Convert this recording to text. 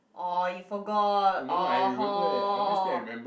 orh you forgot orh hor